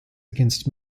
against